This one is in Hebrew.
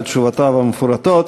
על תשובותיו המפורטות.